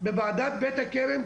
בוועדת בית הכרם,